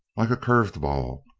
like a curved ball,